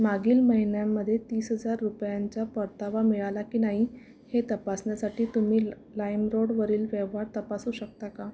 मागील महिन्यांमध्ये तीस हजार रुपयांचा परतावा मिळाला की नाही हे तपासण्यासाठी तुम्ही लाईमरोडवरील व्यवहार तपासू शकता का